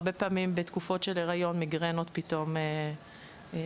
הרבה פעמים בתקופות של היריון מיגרנות פתאום מתפרצות.